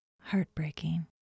Heartbreaking